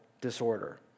disorder